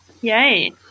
Yay